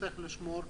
צריך לשמור.